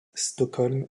stockholm